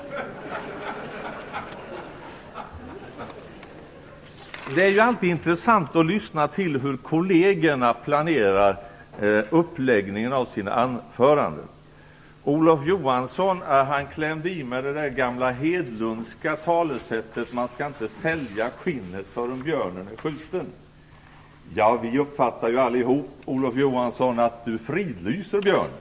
Det är alltid intressant att lyssna till hur kollegerna planerar uppläggningen av sina anföranden. Olof Johansson klämde i med det gamla Hedlundska talesättet att man inte skall sälja skinnet förrän björnen är skjuten. Vi uppfattar ju allihop att Olof Johansson fridlyser björnen.